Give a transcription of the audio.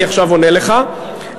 אני עונה לך,